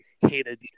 hated